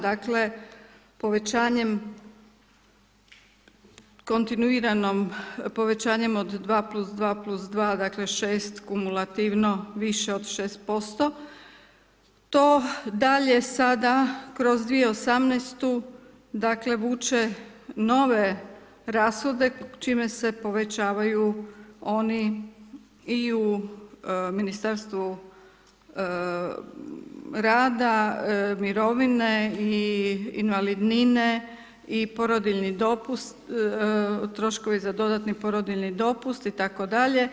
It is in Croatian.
Dakle, povećanjem kontinuiranom, povećanjem dva plus dva plus dva, dakle šest kumulativno, više od 6%, to dalje sada kroz 2018. dakle vuče nove rashode čime se povećavaju oni i u Ministarstvu rada, mirovine i invalidnine i porodiljni dopust, troškovi za dodatni porodiljni dopust itd.